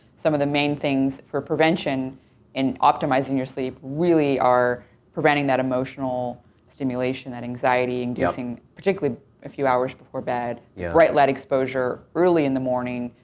some of the main things for prevention in optimizing your sleep really are preventing that emotional stimulation, that anxiety, and getting particularly a few hours before bed, the yeah bright led exposure early in the morning,